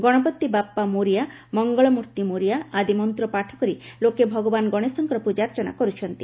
ଗଣପତି ବପ୍ପା ମୋରିୟା ମଙ୍ଗଳମୂର୍ତ୍ତି ମୋରିୟା ଆଦି ମନ୍ତ୍ର ପାଠ କରି ଲୋକେ ଭଗବାନ ଗଣେଶଙ୍କର ପ୍ରଜାର୍ଚ୍ଚନା କରୁଛନ୍ତି